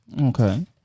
okay